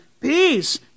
peace